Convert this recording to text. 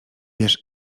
wiesz